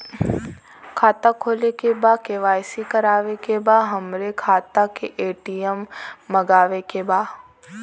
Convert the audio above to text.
खाता खोले के बा के.वाइ.सी करावे के बा हमरे खाता के ए.टी.एम मगावे के बा?